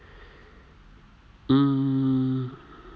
mm